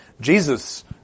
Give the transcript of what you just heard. Jesus